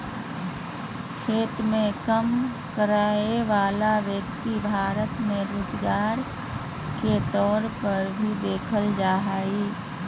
खेत मे काम करय वला व्यक्ति भारत मे रोजगार के तौर पर भी देखल जा हय